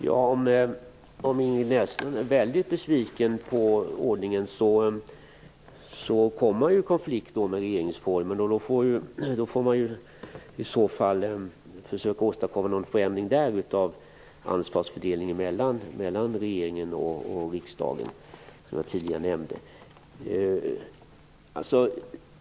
Herr talman! Om Ingrid Näslund är väldigt besviken på ordningen blir det konflikt med regeringsformen. I sådana fall får man försöka åstadkomma någon förändring där av ansvarsfördelningen mellan regeringen och riksdagen, som jag tidigare nämnde.